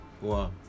Wow